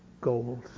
goals